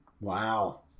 Wow